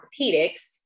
orthopedics